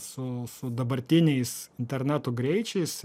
su su dabartiniais internetų greičiais